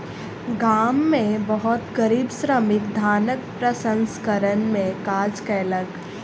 गाम में बहुत गरीब श्रमिक धानक प्रसंस्करण में काज कयलक